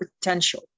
potential